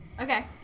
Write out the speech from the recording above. Okay